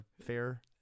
fair